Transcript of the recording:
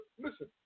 listen